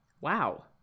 Wow